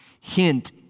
hint